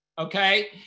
okay